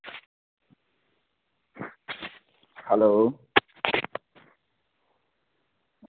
hello